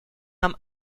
нам